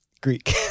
Greek